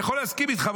אני יכול להסכים איתך.